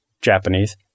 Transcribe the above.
Japanese